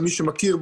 מי שמכיר,